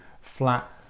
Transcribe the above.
flat